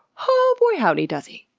oh, boy howdy, does he!